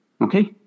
Okay